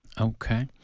Okay